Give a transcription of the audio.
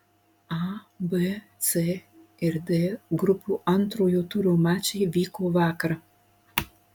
a b c ir d grupių antrojo turo mačai vyko vakar